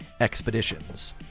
expeditions